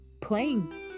playing